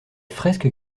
fresques